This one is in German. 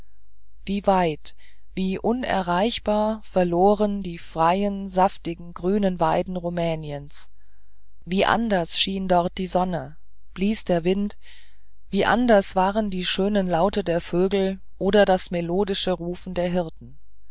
wie weit wie unerreichbar verloren die freien saftigen grünen weiden rumäniens wie anders schien dort die sonne blies der wind wie anders waren die schönen laute der vögel oder das melodische rufen der hirten